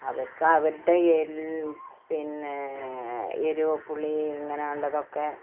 അവൾക്ക് അവരുടെ പിന്നേ എരിവ് പുളി ഇങ്ങനെയുള്ളതൊക്കെ